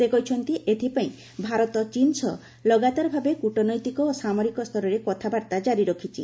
ସେ କହିଛନ୍ତି ଏଥିପାଇଁ ଭାରତ ଚୀନ୍ ସହ ଲଗାତାର ଭାବେ କୂଟନୈତିକ ଓ ସାମରିକ ସ୍ତରରେ କଥାବାର୍ତ୍ତା କାରି ରଖିଛି